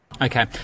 Okay